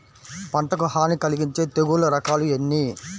పంటకు హాని కలిగించే తెగుళ్ల రకాలు ఎన్ని?